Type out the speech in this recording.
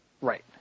Right